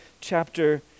chapter